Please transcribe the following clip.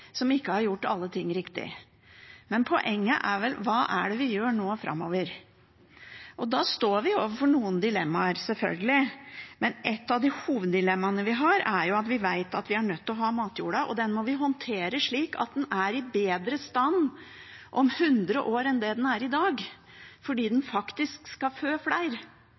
som ikke har gjort alle ting riktig. Men poenget er vel: Hva er det vi gjør nå framover? Da står vi selvfølgelig overfor noen dilemmaer, men et av hoveddilemmaene vi har, er at vi vet at vi er nødt til å ha matjorda, og den må vi håndtere slik at den er i bedre stand om 100 år enn det den er i dag, fordi den faktisk skal fø flere.